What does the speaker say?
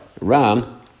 ram